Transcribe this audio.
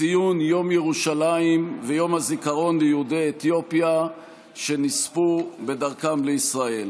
ציון יום ירושלים ויום הזיכרון ליהודי אתיופיה שנספו בדרכם לישראל.